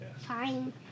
Fine